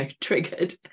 triggered